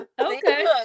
Okay